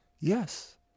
yes